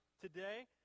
today